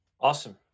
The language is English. Awesome